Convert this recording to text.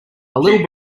little